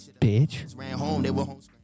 bitch